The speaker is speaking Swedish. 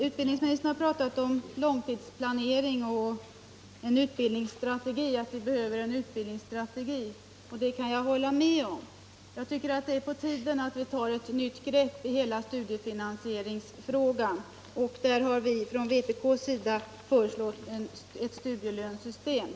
Utbildningsministern har pratat om långtidsplanering och om att vi behöver en utbildningsstrategi. Det kan jag hålla med om. Det är på tiden att vi tar ett nytt grepp i hela studiefinansieringsfrågan, och där har vpk föreslagit ett studielönesystem.